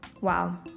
Wow